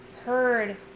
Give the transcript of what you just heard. heard